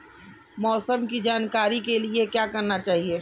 मौसम की जानकारी के लिए क्या करना चाहिए?